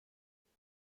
مدیر